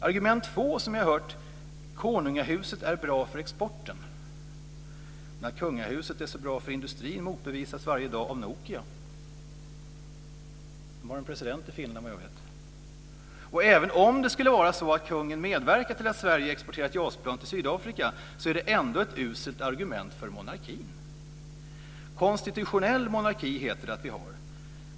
Argument två är att konungahuset är bra för exporten. Men att kungahuset är så bra för industrin motbevisas varje dag av Nokia. De har en president i Finland, vad jag vet. Även om det skulle vara så att kungen medverkar till att Sverige exporterar ett JAS plan till Sydafrika är det ändå ett uselt argument för monarkin. Det heter att vi har konstitutionell monarki.